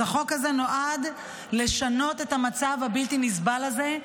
אז החוק הזה נועד לשנות את המצב הבלתי-נסבל הזה,